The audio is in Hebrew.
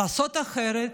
לעשות אחרת,